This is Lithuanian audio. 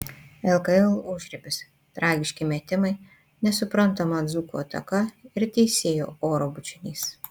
lkl užribis tragiški metimai nesuprantama dzūkų ataka ir teisėjo oro bučinys